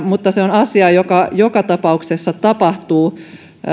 mutta se on asia joka joka tapauksessa tapahtuu